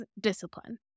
discipline